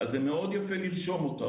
יפה מאוד לרשום אותו,